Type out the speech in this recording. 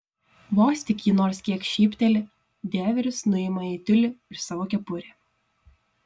vos tik ji nors kiek šypteli dieveris nuima jai tiulį ir savo kepurę